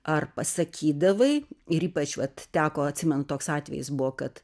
ar pasakydavai ir ypač vat teko atsimenu toks atvejis buvo kad